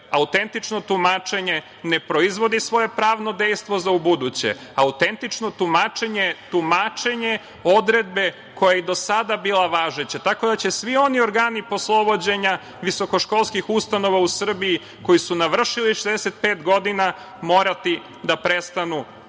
autentično tumačenje ne proizvodi svoje pravno dejstvo za ubuduće, autentično tumačenje je tumačenje odredbe koja je do sada bila važeća, tako da će svi oni organi poslovođenja, visokoškolskih ustanova u Srbiji koji su navršili 65 godina morati da prestanu da